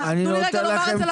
תאמיני לי,